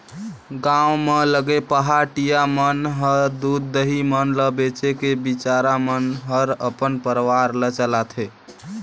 गांव म लगे पहाटिया मन ह दूद, दही मन ल बेच के बिचारा मन हर अपन परवार ल चलाथे